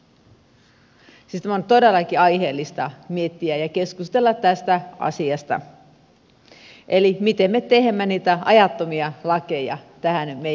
siis tätä on todellakin aiheellista miettiä ja keskustella tästä asiasta eli siitä miten me teemme niitä ajattomia lakeja käyttöömme